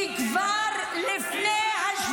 כי כבר לפני 7